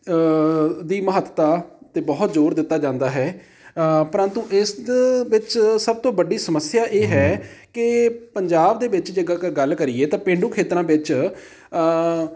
ਦੀ ਮਹੱਤਤਾ 'ਤੇ ਬਹੁਤ ਜ਼ੋਰ ਦਿੱਤਾ ਜਾਂਦਾ ਹੈ ਪ੍ਰੰਤੂ ਇਸ ਵਿੱਚ ਸਭ ਤੋਂ ਵੱਡੀ ਸਮੱਸਿਆ ਇਹ ਹੈ ਕਿ ਪੰਜਾਬ ਦੇ ਵਿੱਚ ਜੇਕਰ ਗੱਲ ਕਰੀਏ ਤਾਂ ਪੇਂਡੂ ਖੇਤਰਾਂ ਵਿੱਚ